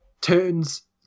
turns